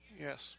Yes